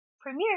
premiere